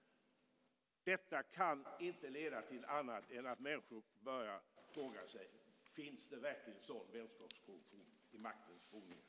Detta kan inte leda till annat än att människor börjar fråga sig om det verkligen finns sådan vänskapskorruption i maktens boningar.